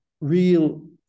real